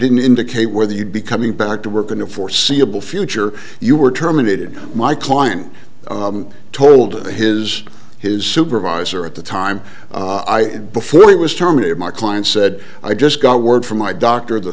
didn't indicate whether you'd be coming back to work in the foreseeable future you were terminated my client told his his supervisor at the time and before he was terminated my client said i just got word from my doctor the